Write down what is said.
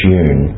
June